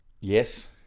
Yes